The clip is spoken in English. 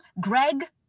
Greg